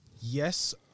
yes